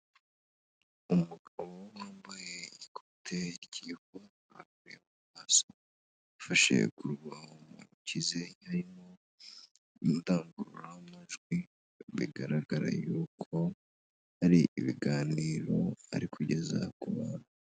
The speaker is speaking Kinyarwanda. umugabo wambaye ikote iki kuba mu maso yafashe kugo mukize yarimo indangururamajwi bigaragara y ari ibiganiro ari kugeza ku bantu